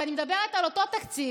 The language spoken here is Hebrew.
ואני מדברת על אותו תקציב.